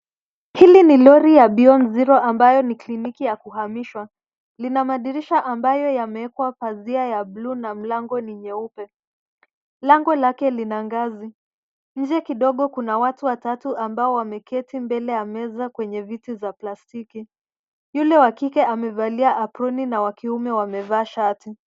Hili ni lori ya beyond zero ambayo ni kliniki ya kuhamishwa. Lina madirisha ambayo yameekwa pazia za buluu na mlango ni nyeupe. Lango lake lina ngazi. Nje kidogo kuna watu watatu ambao wameketi mbele ya meza kwenye viti za plastiki. Yule wa kike amevalia aproni na wakiume wamevaa shati.